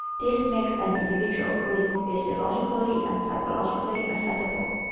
this makes an individual who is physiologically and psychologically affectable.